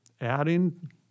adding